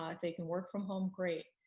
like they can work from home, great.